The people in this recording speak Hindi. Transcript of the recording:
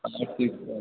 आठ सीट का है